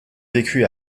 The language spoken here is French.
vécu